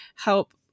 help